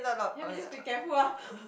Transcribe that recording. then we just be careful ah